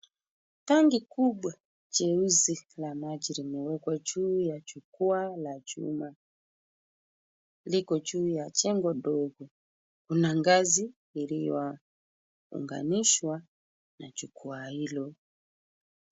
Tangi kubwa jeusi la maji limewekwa juu la jukwaa la chuma. Liko juu ya jengo dogo, kuna ngazi iliyounganishwa na jukwaa hilo.